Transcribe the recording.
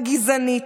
הגזענית,